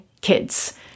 kids